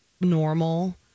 normal